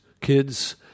Kids